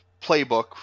playbook